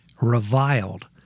reviled